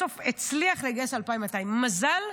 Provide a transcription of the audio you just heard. בסוף הוא הצליח לגייס 2,200. מזל,